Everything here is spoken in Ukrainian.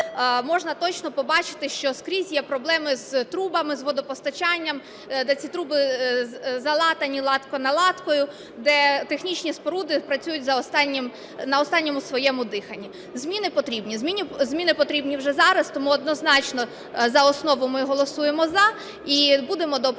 можна точно побачити, що скрізь є проблеми із трубами, з водопостачанням, де ці труби залатані латка на латці, де технічні споруди працюють на останньому своєму диханні. Зміни потрібні, зміни потрібні вже зараз. Тому однозначно за основу ми голосуємо "за" і будемо доопрацьовувати